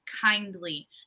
kindly